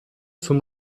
zum